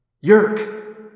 Yerk